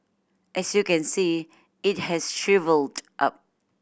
as you can see it has shrivelled up